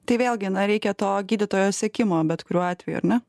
tai vėlgi na reikia to gydytojo sekimo bet kuriuo atveju ar ne